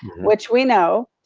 which we know,